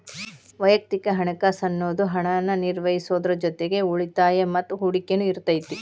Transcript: ವಯಕ್ತಿಕ ಹಣಕಾಸ್ ಅನ್ನುದು ಹಣನ ನಿರ್ವಹಿಸೋದ್ರ್ ಜೊತಿಗಿ ಉಳಿತಾಯ ಮತ್ತ ಹೂಡಕಿನು ಇರತೈತಿ